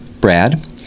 Brad